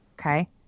Okay